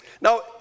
Now